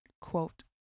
quote